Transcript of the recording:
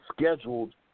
scheduled